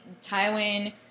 Tywin